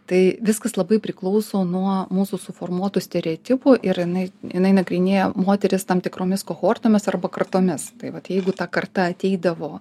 tai viskas labai priklauso nuo mūsų suformuotų stereotipų ir na jinai nagrinėja moteris tam tikromis kohortomis arba kartomis tai vat jeigu ta karta ateidavo